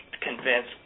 convince